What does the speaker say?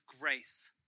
grace